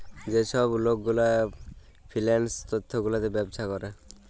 যে ছব লক গুলা ফিল্যাল্স তথ্য গুলাতে ব্যবছা ক্যরে